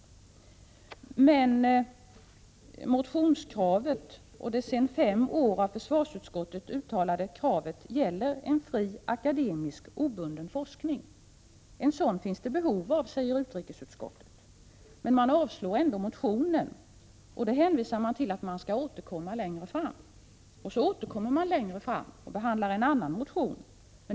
Men motionskravet och det sedan fem år tillbaka av försvarsutskottet uttalade kravet gäller en fri akademisk, obunden forskning. En sådan finns det behov av, skriver utrikesutskottet. Motionen avslås i alla fall, varvid man hänvisar till att man skall återkomma längre fram. Sedan återkommer man längre fram, men då behandlar man en annan motion.